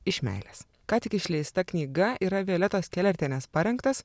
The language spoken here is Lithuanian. iš meilės ką tik išleista knyga yra violetos kelertienės parengtas